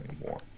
anymore